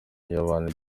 y’abantu